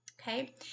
okay